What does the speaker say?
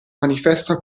manifesta